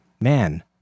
Man